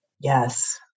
Yes